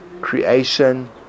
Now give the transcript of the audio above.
creation